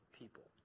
people